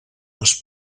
les